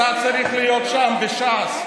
אתה צריך להיות שם, בש"ס.